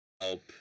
help